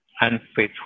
Unfaithful